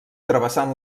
travessant